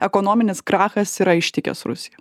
ekonominis krachas yra ištikęs rusiją